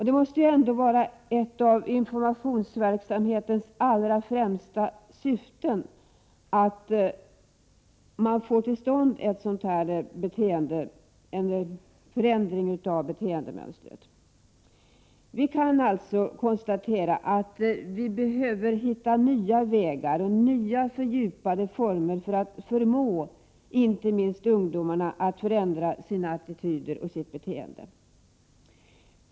Det måste ändå vara ett av informationsverksamhetens allra främsta syften att få till stånd en förändring av beteendemönstret. Vi kan alltså konstatera att det behövs nya vägar och nya och fördjupade former för att inte minst ungdomarna skall förmås att ändra sina attityder och sitt beteende.